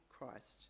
christ